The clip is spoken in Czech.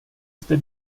zde